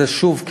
שוב,